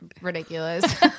ridiculous